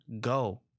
Go